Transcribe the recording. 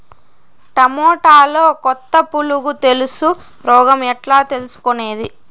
టమోటాలో కొత్త పులుగు తెలుసు రోగం ఎట్లా తెలుసుకునేది?